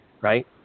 right